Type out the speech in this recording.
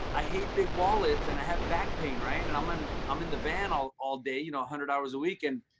i hate big wallets and i have back pain right? and i'm and i'm in the van all all day, one you know hundred hours a week. and,